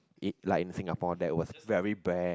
like in Singapore there was very bare